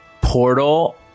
portal